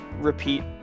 repeat